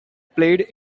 played